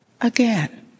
again